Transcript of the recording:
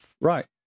right